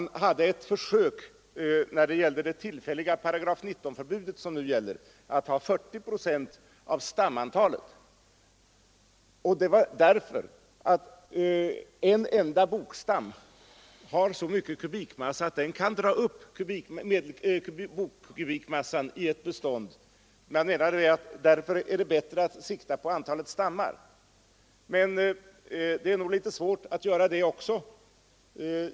I § 19-förbudet, som nu gäller, gjorde man ett försök att ha bestämmelsen att 40 procent av stamantalet skall vara bok. Anledningen till det var att en enda bokstam kan ha så mycket kubikmassa, att den t.ex. skulle kunna föranleda, att ett bestånd på praktiskt taget ren gran klassificerades som bok. Därför menade man att det var bättre att sikta på antalet stammar. Men det är svårt att göra det också.